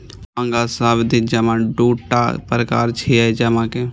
मांग आ सावधि जमा दूटा प्रकार छियै जमा के